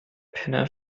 penner